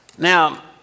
Now